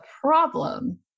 problem